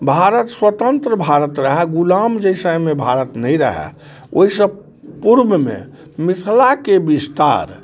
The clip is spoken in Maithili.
भारत स्वतंत्र भारत रहै गुलाम जाहि समयमे भारत नहि रहै ओइसँ पूर्वमे मिथिलाके विस्तार